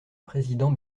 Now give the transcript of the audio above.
président